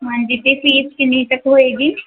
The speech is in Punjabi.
ਹਾਂਜੀ ਅਤੇ ਫੀਸ ਕਿੰਨੀ ਕੁ ਹੋਏਗੀ